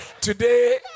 today